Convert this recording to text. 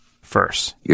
first